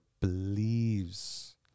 believes